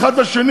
זה רק זה.